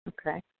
Okay